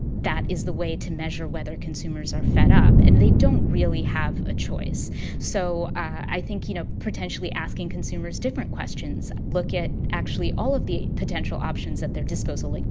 that is the way to measure whether consumers are fed up. and they don't really have a choice so i think, you know, potentially asking consumers different questions. look at actually all of the potential options at their disposal. like,